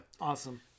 Awesome